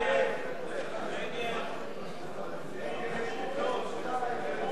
להסיר מסדר-היום את הצעת חוק-יסוד: